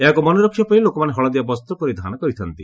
ଏହାକୁ ମନେ ରଖିବାପାଇଁ ଲୋକମାନେ ହଳଦିଆ ବସ୍ତ ପରିଧାନ କରିଥା'ନ୍ତି